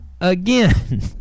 again